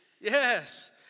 Yes